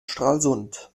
stralsund